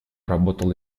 работал